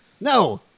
No